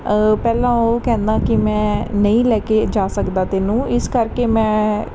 ਪਹਿਲਾਂ ਉਹ ਕਹਿੰਦਾ ਕਿ ਮੈਂ ਨਹੀਂ ਲੈ ਕੇ ਜਾ ਸਕਦਾ ਤੈਨੂੰ ਇਸ ਕਰਕੇ ਮੈਂ